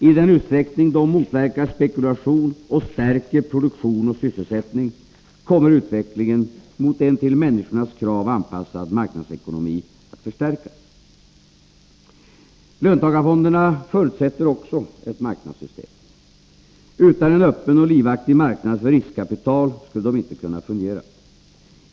I den utsträckning de motverkar spekulation och stärker produktion och sysselsättning kommer utvecklingen mot en till människornas krav anpassad marknadsekonomi att förstärkas. Löntagarfonderna förutsätter också ett marknadssystem. Utan en öppen och livaktig marknad för riskkapital skulle de inte kunna fungera.